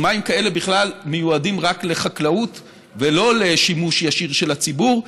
אז מים כאלה בכלל מיועדים רק לחקלאות ולא לשימוש ישיר של הציבור.